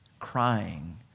Crying